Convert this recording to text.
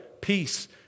peace